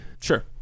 Sure